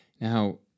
Now